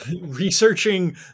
Researching